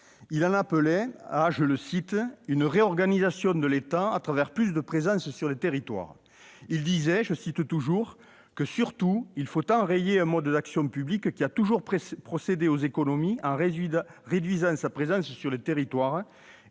Il en appelait à « une réorganisation de l'État à travers plus de présence sur les territoires », ajoutant :« Surtout, il faut enrayer un mode d'action publique qui a toujours procédé aux économies en réduisant sa présence sur les territoires.